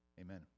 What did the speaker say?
Amen